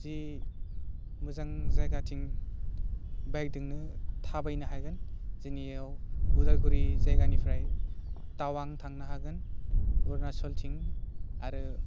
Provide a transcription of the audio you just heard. जि मोजां जायगाथिं बाइकदोंनो थाबायनो हागोन जोंनियाव उदालगुरि जायगानिफ्राय थावां थांनो हागोन अरुनाचलथिं आरो